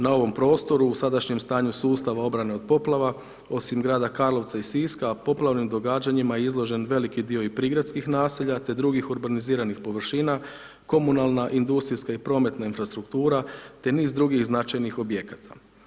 Na ovom prostoru, u sadašnjem stanju sustava obrane od poplava, osim grada Karlovca i Siska, a poplavnim događajima izložen i veliki dio prigradskih naselja, te drugih urbaniziranih površina, komunalna, industrijska i prometna infrastruktura, te niz drugih značajnih objekata.